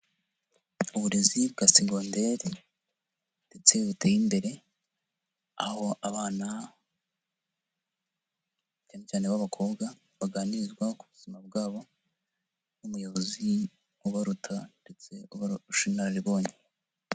Uburezi bwa segonderi ndetse buteye imbere aho abana cyane cyane b'abakobwa baganirizwa ku buzima bwabo n'umuyobozi ubaruta ndetse ubarusha inararibonye.